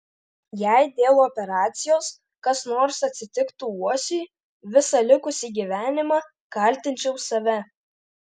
jei dėl operacijos kas nors atsitiktų uosiui visą likusį gyvenimą kaltinčiau save